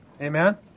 Amen